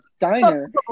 diner